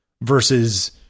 versus